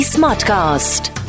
Smartcast